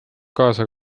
kaasa